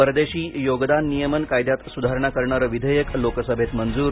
परदेशी योगदान नियमन कायद्यात सुधारणा करणारं विधेयक लोकसभेत मंजूर